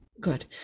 Good